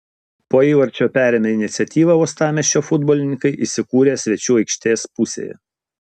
po įvarčio perėmę iniciatyvą uostamiesčio futbolininkai įsikūrė svečių aikštės pusėje